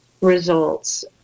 results